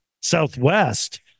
Southwest